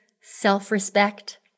self-respect